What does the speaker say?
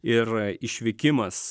ir išvykimas